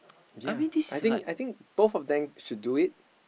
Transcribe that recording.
ya I think I think both of them should do it